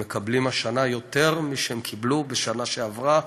הם מקבלים השנה יותר משקיבלו בשנה שעברה,